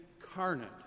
incarnate